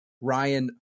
Ryan